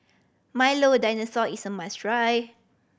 Milo Dinosaur is a must try